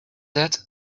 that